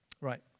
Right